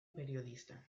periodista